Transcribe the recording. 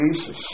Jesus